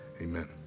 Amen